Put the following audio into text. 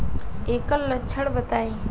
एकर लक्षण बताई?